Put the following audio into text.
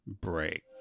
break